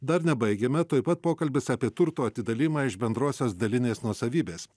dar nebaigiame tuoj pat pokalbis apie turto atidalijimą iš bendrosios dalinės nuosavybės